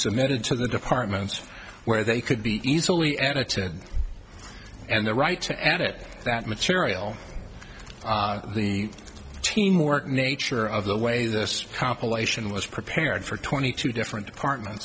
submitted to the departments where they could be easily edited and the right to edit that material the teamwork nature of the way this compilation was prepared for twenty two different departments